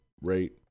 rate